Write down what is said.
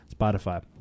Spotify